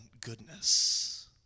goodness